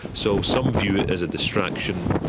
so some view it as a distraction.